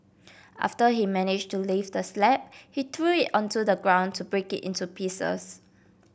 after he managed to lift the slab he threw it onto the ground to break it into pieces